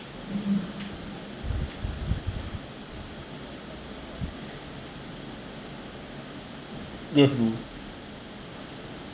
yes bro